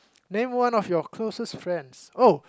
name one of your closest friends oh